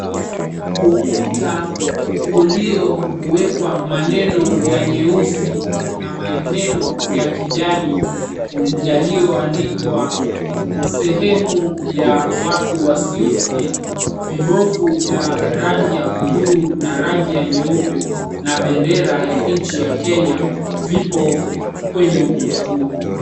Ukuta uliowekwa maneno ya nyeusi na maneno ya kijani yaliyoandikwa sehemu ya watu wasiosikia. Vibofu vya rangi ya buluu na rangi ya nyeupe, na bendera ya nchi ya Kenya, vipo kwenye ukuta huo.